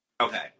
Okay